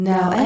Now